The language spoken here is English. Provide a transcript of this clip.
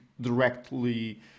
directly